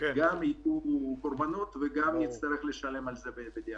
גם יהיו קורבנות וגם נצטרך לשלם על זה בדיעבד.